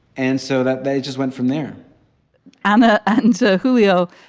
and so that they just went from there um ah and so, julio,